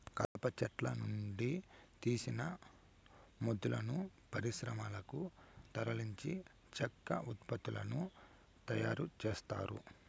కలప చెట్ల నుండి తీసిన మొద్దులను పరిశ్రమలకు తరలించి చెక్క ఉత్పత్తులను తయారు చేత్తారు